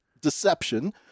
deception